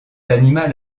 animal